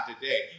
today